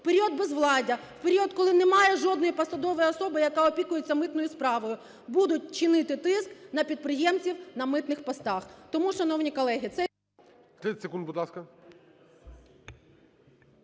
в період безвладдя, в період, коли немає жодної посадової особи, яка опікується митною справою, будуть чинити тиск на підприємців на митних постах. Тому, шановні колеги…